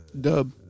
Dub